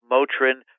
Motrin